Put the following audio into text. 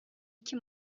iki